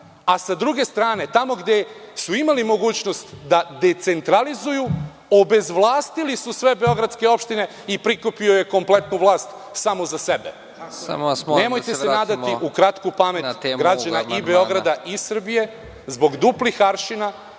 a sa druge strane, tamo gde su imali mogućnosti da decentralizuju, obezvlastili su sve beogradske opštine i prikupio je kompletnu vlast samo za sebe. Nemojte se nadati u kratku pamet građana i Beograda i Srbije. Zbog duplih aršina,